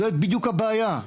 זו בדיוק הבעיה,